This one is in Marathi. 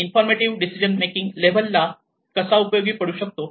इन्फॉर्मटिव्ह डिसिजन मेकिंग लेव्हल ला कसा उपयोगी पडू शकतो